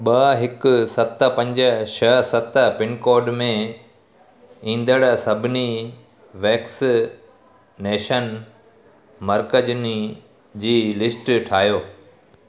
ॿ हिकु सत पंज छह सत पिनकोड में ईंदड़ सभिनी वैक्सनेशन मर्कज़नि जी लिस्ट ठाहियो